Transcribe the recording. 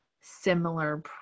similar